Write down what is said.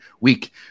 Week